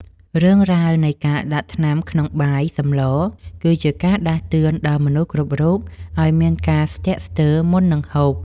រឿងរ៉ាវនៃការដាក់ថ្នាំក្នុងបាយ សម្ល គឺជាការដាស់តឿនដល់មនុស្សគ្រប់រូបឱ្យមានការស្ទាក់ស្ទើរមុននឹងហូប។